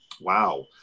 Wow